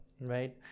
right